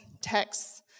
texts